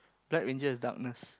black ranger is darkness